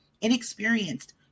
inexperienced